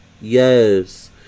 Yes